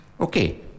Okay